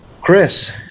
chris